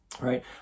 right